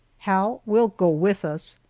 hal will go with us,